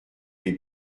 les